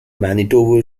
manitoba